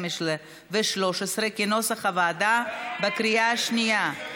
12 ו-13, כנוסח הוועדה, בקריאה השנייה.